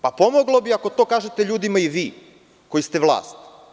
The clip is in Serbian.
Pomoglo bi ako to kažete ljudima i vi koji ste vlast.